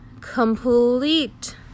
complete